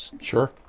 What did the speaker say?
Sure